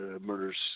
murders